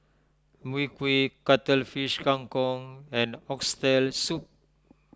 Mui Kee Cuttlefish Kang Kong and Oxtail Soup